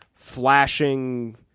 flashing